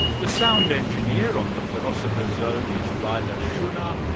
the sound engineer on the philosopher's zone is leila shunnar,